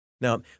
Now